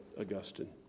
Augustine